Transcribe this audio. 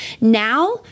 Now